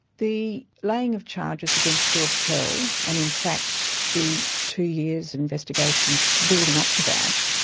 the laying of charges against george pell, and in fact the two years investigations building up to that,